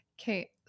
Okay